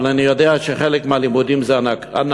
אבל אני יודע שחלק מהלימודים זה הנכבה.